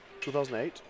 2008